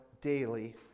daily